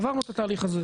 עברנו את התהליך הזה.